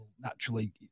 naturally